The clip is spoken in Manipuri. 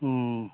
ꯎꯝ